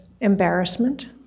embarrassment